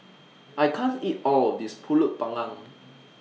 I can't eat All of This Pulut Panggang